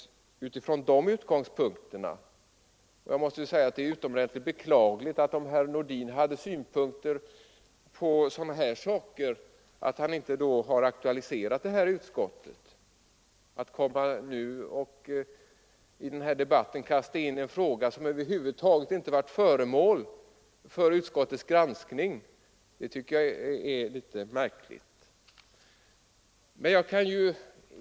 Om herr Nordin haft sådana här synpunkter är det utomordentligt beklagligt att han inte har aktualiserat dem i utskottet. Att i debatten här kasta in en fråga som över huvud taget inte varit föremål för utskottets granskning tycker jag är märkligt.